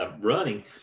running